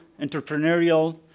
entrepreneurial